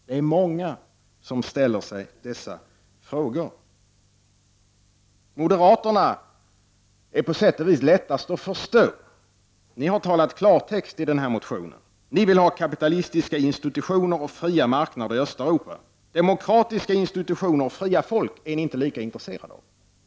Det är många som ställer sig dessa frågor. Det är på sätt och vis lättast att förstå moderaterna. Ni har talat klartext i den här motionen. Ni vill ha kapitalistiska institutioner och fria marknader i Östeuropa. Demokratiska institutioner och fria folk är ni inte lika intresserade av.